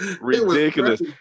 Ridiculous